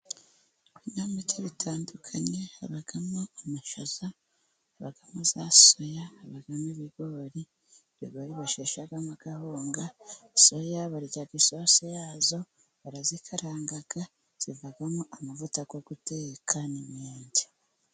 Ibinyampeke bitandukanye habamo amashaza, habamo za soya, haba mo ibibigori, ibigori basheshamo agahunga ,soya barya isosi yazo, barazikaranga, zivamo amavuta yo guteka n,inyage.